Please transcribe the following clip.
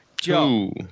Joe